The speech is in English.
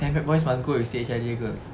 saint pat~ boys must go with C_H_I_J girls